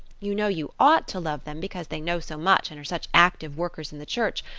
you know you ought to love them because they know so much and are such active workers in the church,